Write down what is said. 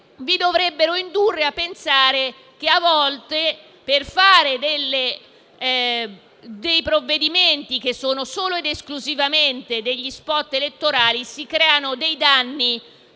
dovrebbero indurvi a pensare che a volte, per fare dei provvedimenti che sono solo ed esclusivamente degli *spot* elettorali, si creano dei danni